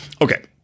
Okay